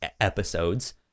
episodes